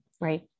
right